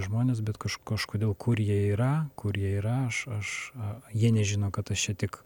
žmones bet kaž kažkodėl kur jie yra kur jie yra aš aš jie nežino kad aš čia tik